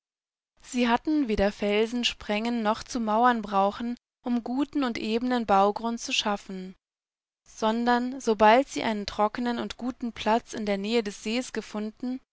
sie hatten weder felsen sprengen noch zu mauern brauchen um guten und ebenen baugrund zu schaffen sondern sobald sie einen trockenen und guten platz in der nähe des sees gefunden